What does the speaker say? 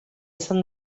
izan